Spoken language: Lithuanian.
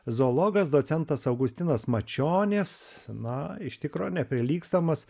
zoologas docentas augustinas mačionis na iš tikro neprilygstamas